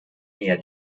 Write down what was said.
mehr